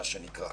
מה שנקרא.